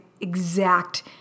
exact